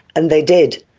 and they did.